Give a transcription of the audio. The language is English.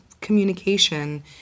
communication